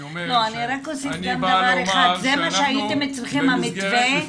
אני בא לומר שאנחנו,